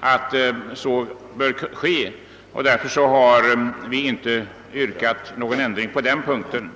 att så sker, och därför har vi inte yrkat någon ändring på den punkten.